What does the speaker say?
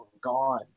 gone